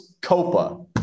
Copa